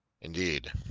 Indeed